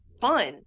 fun